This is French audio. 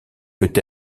peut